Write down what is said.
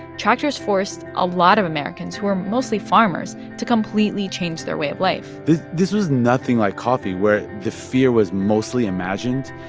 tractors forced a lot of americans, who were mostly farmers, to completely change their way of life this this was nothing like coffee, where the fear was mostly imagined.